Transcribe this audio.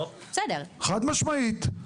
חד-משמעית.